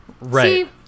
Right